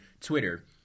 Twitter